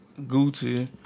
Gucci